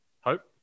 Hope